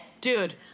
Dude